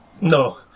No